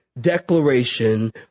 declaration